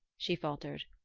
she faltered.